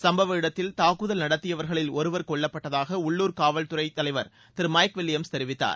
சும்பவ இடத்தில் தாக்குதல் நடத்தியவர்களில் ஒருவர் கொல்லப்பட்டதாக உள்ளூர் காவல் தலைவர் திரு மைக் வில்லியம்ஸ் தெரிவித்தார்